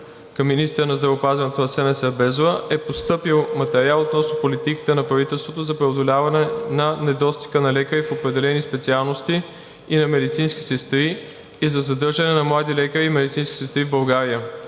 към министъра на здравеопазването Асена Сербезова е постъпил материал относно политиката на правителството за преодоляване на недостига на лекари в определени специалности и на медицински сестри и за задържане на млади лекари и медицински сестри в България.